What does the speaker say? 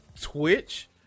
Twitch